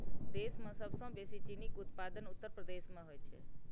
देश मे सबसं बेसी चीनीक उत्पादन उत्तर प्रदेश मे होइ छै